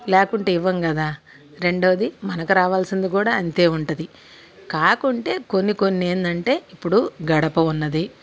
లేకుంటే ఇవ్వం కదా రెండోది మనకు రావాల్సింది కూడా అంతే ఉంటుంది కాకుంటే కొన్ని కొన్ని ఏందంటే ఇప్పుడు గడప ఉన్నది